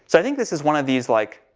so i think this is one of these like,